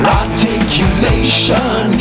articulation